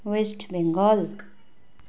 West Bengal